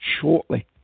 shortly